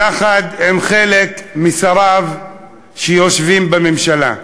יחד עם חלק משריו שיושבים בממשלה.